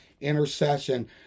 Intercession